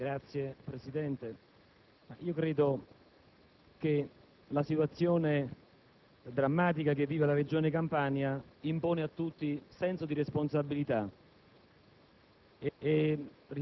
Non mi sembra che questa coscienza del problema e di come aggredirlo in termini politico-istituzionali guidi né Bassolino né, tanto meno, il Governo. In Campania il ciclo dei rifiuti non si è mai compiuto.